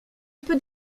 peut